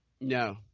No